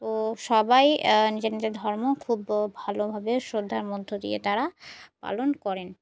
তো সবাই নিজের নিজের ধর্ম খুব ভালোভাবে শ্রদ্ধার মধ্য দিয়ে তারা পালন করেন